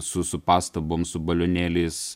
su su pastabom su balionėliais